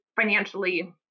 financially